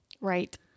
Right